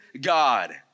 God